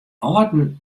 âlden